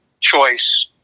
choice